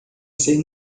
ser